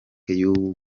y’ubu